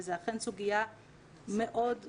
וזו אכן סוגיה מאוד כואבת.